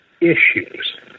issues